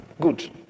good